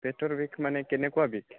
পেটৰ বিষ মানে কেনেকুৱা বিষ